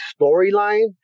storyline